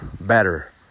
better